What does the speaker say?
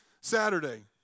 Saturday